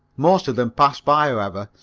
most of them passed by, however,